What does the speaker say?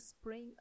spring